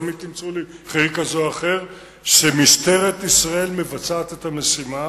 תמיד תמצאו לי חלק כזה או אחר שמשטרת ישראל מבצעת את המשימה,